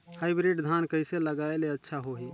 Hybrid धान कइसे लगाय ले अच्छा होही?